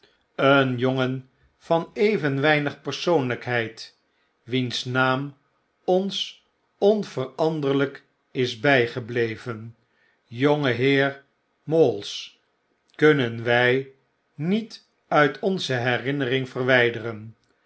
een jongen van even weinig persoonlijkheid wiens naam ons onveranderlyk is bygebleven jongeheer mawls kunnen wy niet uit onze herinnering verwyderen